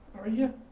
are ya?